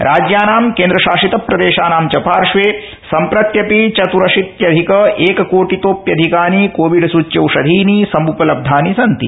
राज्यानां केन्द्रशासितप्रदेशानां च पार्श्वे सम्प्रत्यपि चत्रशीत्यधिक एककोटितोप्यधिकानि कोविडसूच्यौषधीनि सम्पलब्धानि सन्ति